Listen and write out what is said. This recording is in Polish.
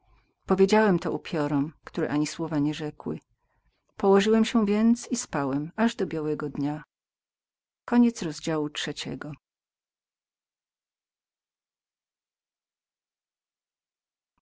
powiedziałem to upiorom które ani słowa nie rzekły położyłem się więc i spałem aż do białego dnia